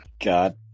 God